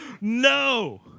No